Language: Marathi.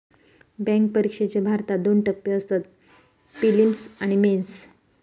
बॅन्क परिक्षेचे भारतात दोन टप्पे असतत, पिलिम्स आणि मेंस